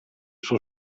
suo